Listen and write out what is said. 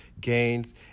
gains